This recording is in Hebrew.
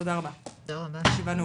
תודה רבה, הישיבה נעולה.